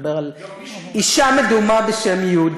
נדבר על אישה מדומה, בשם י',